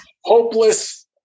Hopeless